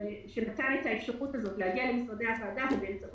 שנתן אפשרות להגיע למשרדי הוועדה ובאמצעות